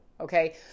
Okay